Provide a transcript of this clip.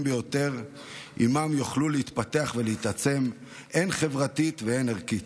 ביותר שעימם יוכלו להתפתח ולהתעצם הן חברתית והן ערכית.